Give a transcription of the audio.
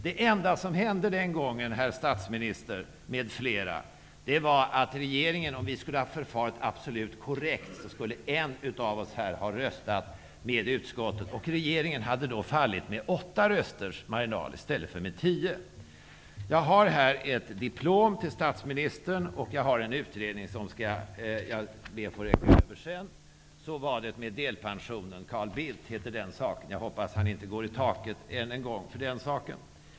Det enda som hände den gången, herr statsminister m.fl., var att om vi skulle ha förfarit absolut korrekt, skulle en av oss ha röstat med utskottet. Regeringen hade då fallit med åtta rösters marginal i stället för med tio. Jag har här ett diplom till statsministern och ett exemplar av utredningen som jag skall be att få överräcka. Den heter: Så var det med delpensionen, Carl Bildt. Jag hoppas att han inte går i taket än en gång för den saken.